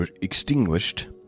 extinguished